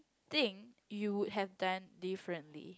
thing you have done differently